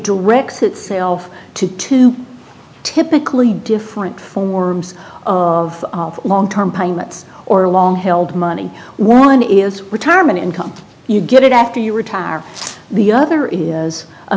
directs itself to two typically different forms of long term payments or long held money one is retirement income you get it after you retire the other is a